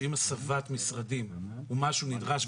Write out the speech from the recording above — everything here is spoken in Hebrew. שעם הסבת משרדים הוא מה שנדרש,